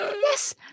yes